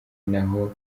naho